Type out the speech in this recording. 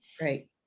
Right